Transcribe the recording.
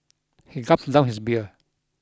he gulped down his beer